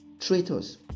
traitors